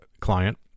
client